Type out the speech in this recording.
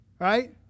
right